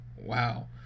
wow